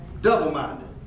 Double-minded